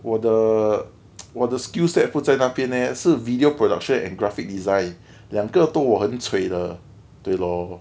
我的 我的 the skillset 不在那边 eh 是 video production and graphic design 两个都我很 cui 的对 lor